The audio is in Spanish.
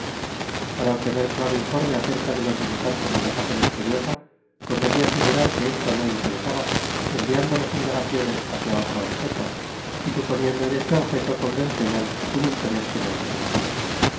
para obtener claro informe acerca de los visitantes de la casa misteriosa convenía figurar que esto no interesaba desviando las indagaciones hacia otro objeto y suponiendo en este objeto convencional un interés que no existía